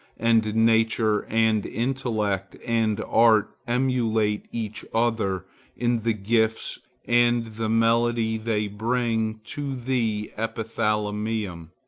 and nature and intellect and art emulate each other in the gifts and the melody they bring to the epithalamium.